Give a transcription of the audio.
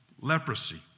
leprosy